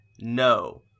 no